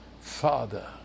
Father